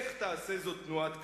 איך תעשה זאת תנועת קדימה?